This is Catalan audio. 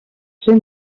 ser